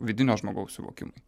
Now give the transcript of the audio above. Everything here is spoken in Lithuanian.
vidinio žmogaus suvokimui